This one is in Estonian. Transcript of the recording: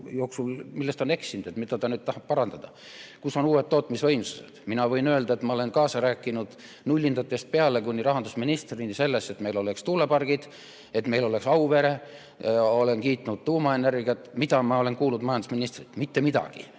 erakond eksinud ja mida ta nüüd tahab parandada. Kus on uued tootmisvõimsused? Mina võin öelda, et ma olen kaasa rääkinud nullindatest peale, kuni rahandusministrini sellest, et meil oleks tuulepargid, et meil oleks Auvere. Olen kiitnud tuumaenergiat. Mida ma olen kuulnud majandusministrilt? Mitte midagi!